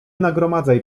nagromadzaj